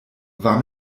war